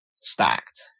stacked